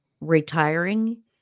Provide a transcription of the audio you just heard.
retiring